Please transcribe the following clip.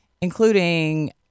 including